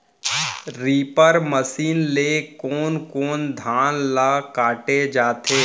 Reaper machine ले कोन कोन धान ल काटे जाथे?